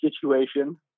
situation